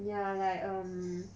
ya like um